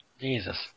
Jesus